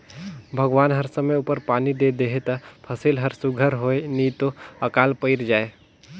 भगवान हर समे उपर पानी दे देहे ता फसिल हर सुग्घर होए नी तो अकाल पइर जाए